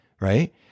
right